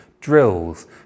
drills